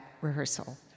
rehearsal